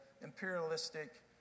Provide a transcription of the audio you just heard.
imperialistic